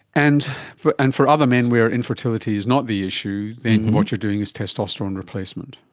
and for and for other men where infertility is not the issue, then what you are doing is testosterone replacement.